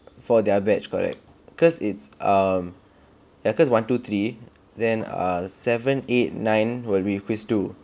for their batch correct because it's um yeah cause one two three then ah seven eight nine will be quiz two